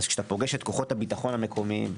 כשאתה פוגש את כוחות הביטחון המקומיים,